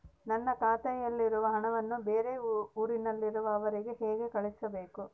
ನನ್ನ ಖಾತೆಯಲ್ಲಿರುವ ಹಣವನ್ನು ಬೇರೆ ಊರಿನಲ್ಲಿರುವ ಅವರಿಗೆ ಹೇಗೆ ಕಳಿಸಬೇಕು?